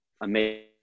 amazing